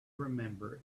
remember